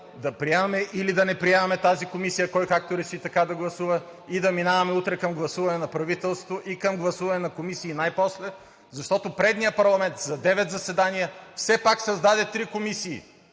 да приемаме или да не приемаме тази комисия – кой както реши, така да гласува, да минаваме утре към гласуване на правителство и към гласуване на комисии най-после, защото предният парламент за девет заседания все пак създаде три комисии